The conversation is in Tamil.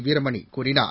வீரமணி கூறினார்